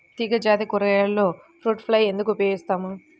తీగజాతి కూరగాయలలో fruit fly ఎందుకు ఉపయోగిస్తాము?